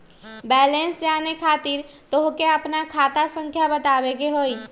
Balance जाने खातिर तोह के आपन खाता संख्या बतावे के होइ?